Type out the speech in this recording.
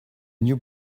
new